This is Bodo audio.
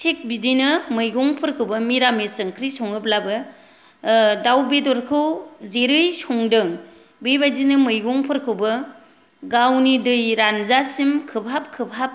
थिग बिदिनो मैगंफोरखौबो मिरामिस ओंख्रि सङोब्लाबो दाउ बेदरखौ जेरै संदों बेबादिनो मैगंफोरखौबो गावनि दै रानजासिम खोबहाब खोबहाब